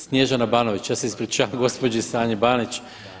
Snježana Banović, ja se ispričavam gospođi Sanji Barić.